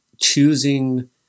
choosing